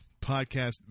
Podcast